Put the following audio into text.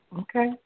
Okay